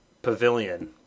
pavilion